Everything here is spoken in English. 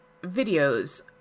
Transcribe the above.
videos